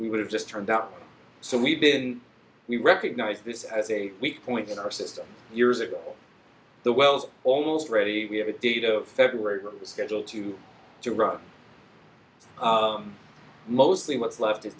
we would have just turned up so we'd been we recognize this as a weak point in our system years ago the wells almost ready we have a date of february schedule to to run mostly what's left